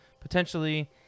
potentially